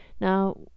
Now